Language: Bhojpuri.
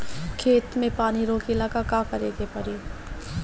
खेत मे पानी रोकेला का करे के परी?